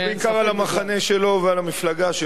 זה בעיקר על המחנה שלו ועל המפלגה שלו.